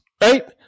right